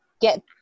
get